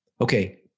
okay